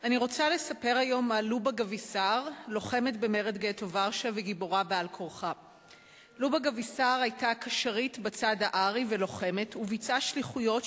לפי עדות ועדת תכנון ובנייה והמועצה המקומית וכל הגורמים,